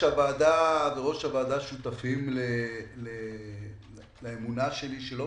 שחברי הוועדה שותפים לאמונה שלי שלא